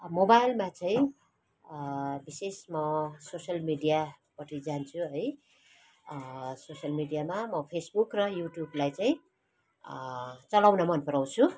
मोबाइलमा चाहिँ विशेष म सोसियल मिडियापट्टि जान्छु है सोसियल मिडियामा म फेसबुक र युट्युबलाई चाहिँ चलाउन मन पराउँछु